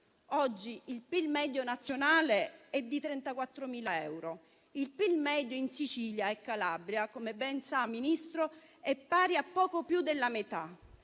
Oggi il PIL medio nazionale è di 34.000 euro; il PIL medio in Sicilia e Calabria, come ben sa, Ministro, è pari a poco più della metà.